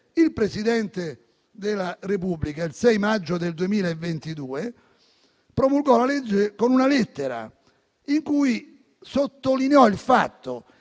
il Presidente della Repubblica promulgò la legge con una lettera in cui sottolineò il fatto che